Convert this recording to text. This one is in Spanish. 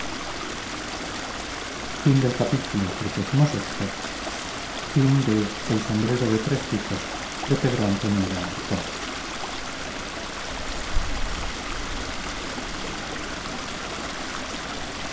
escrita ahora tal y como pasó pedro antonio de alarcón